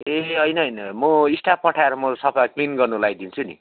ए होइन होइन म स्टाफ पठाएर म सफा क्लिन गर्नु लगाइदिन्छु नि